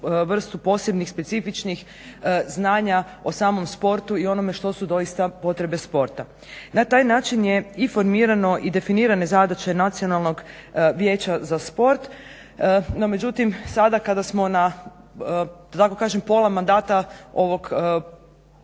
posebnih specifičnih znanja o samom sportu i onome što su doista potrebe sporta. Na taj način je i formirano i definirane zadaće Nacionalnog vijeća za sport no međutim sada kada smo na kako kažem pola mandata ovog